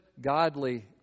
godly